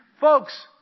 folks